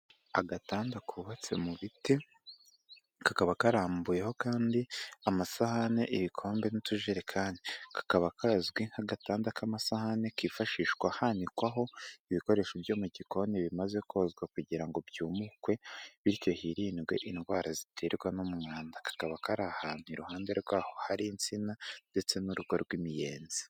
Agatanda kubatse mu biti kakaba karambuyeho kandi amasahane, ibikombe n'utujerekani kakaba kazwi nk'agatanda k'amasahani kifashishwa hanikwaho ibikoresho byo mu gikoni bimaze kozwa kugira ngo byumukwe bityo hirindwe indwara ziterwa n'umwanda. Kakaba kari ahantu iruhande rwaho hari insina ndetse n'urugo rw'imiyenzi.